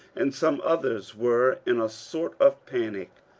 and some others were in a sort of panic.